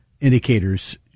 indicators